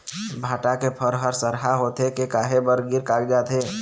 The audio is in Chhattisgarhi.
भांटा के फर हर सरहा होथे के काहे बर गिर कागजात हे?